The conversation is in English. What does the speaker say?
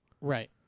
Right